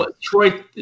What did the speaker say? Troy